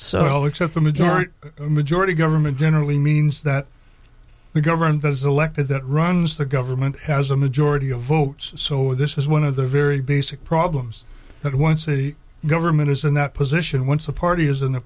accept the majority a majority government generally means that the government has elected that runs the government has a majority of votes so this is one of the very basic problems that once a government is in that position once a party is in